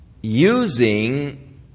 using